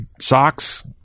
socks